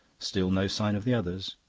still no sign of the others.